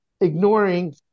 ignoring